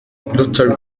rotary